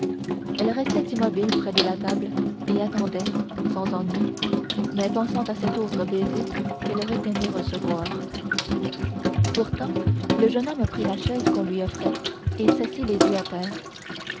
elle restait immobile près de la table et attendait sans ennui mais pensant à cet autre baiser qu'elle aurait aimé recevoir pourtant le jeune homme prit la chaise qu'on lui offrait et s'assit les yeux à terre